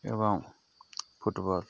ଏବଂ ଫୁଟବଲ